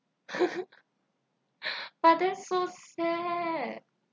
but that's so sad